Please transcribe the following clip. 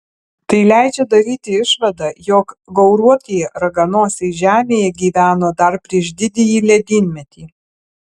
tai leidžia daryti išvadą jog gauruotieji raganosiai žemėje gyveno dar prieš didįjį ledynmetį